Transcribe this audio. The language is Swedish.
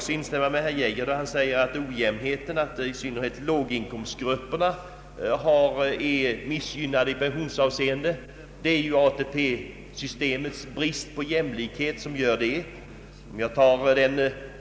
Jag instämmer med herr Geijer då han säger att det föreligger ojämnheter i det nuvarande pensionssystemet. I synnerhet är låginkomstgrupperna missgynnade i pensionsavseende. Det är ATP-systemets brist på jämlikhet som medför detta.